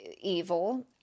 evil